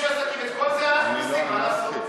עסקים, את כל זה אנחנו עושים, מה לעשות.